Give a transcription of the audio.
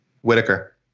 Whitaker